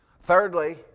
Thirdly